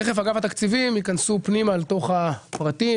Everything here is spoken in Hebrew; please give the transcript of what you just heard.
תכף אגף התקציבים ייכנסו פנימה אל תוך הפרטים,